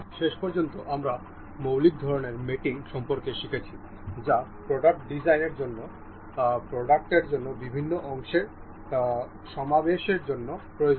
শেষ পর্যন্ত আমরা মৌলিক ধরনের মেটিং সম্পর্কে শিখেছি যা প্রোডাক্ট ডিজাইনের জন্য প্রোডাক্টটির জন্য বিভিন্ন অংশের সমাবেশের জন্য প্রয়োজনীয়